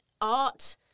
art